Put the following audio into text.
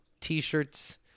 t-shirts